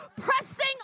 pressing